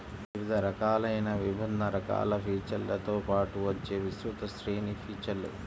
వివిధ రకాలైన విభిన్న రకాల ఫీచర్లతో పాటు వచ్చే విస్తృత శ్రేణి ఫీచర్లు